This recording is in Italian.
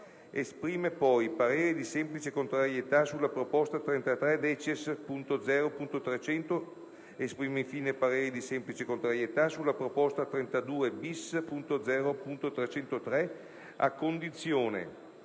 Esprime poi parere di semplice contrarietà sulla proposta 33-*decies*.0.300, Esprime, infine, parere di semplice contrarietà sulla proposta 32-*bis*.0.303, a condizione,